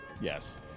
Yes